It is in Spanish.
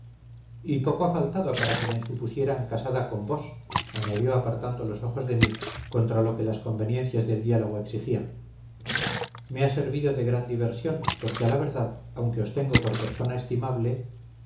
y poco ha faltado para que me supusieran casada con vos añadió apartando los ojos de mí contra lo que las conveniencias del diálogo exigían me ha servido de gran diversión porque a la verdad aunque os tengo por persona estimable